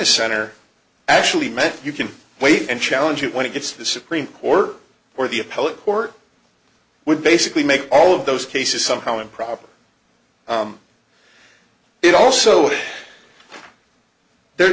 a center actually meant you can wait and challenge it when it gets to the supreme court or the appellate court would basically make all of those cases somehow improper it also there